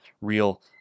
real